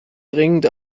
dringend